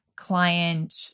client